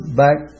back